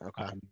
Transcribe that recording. Okay